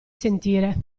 sentire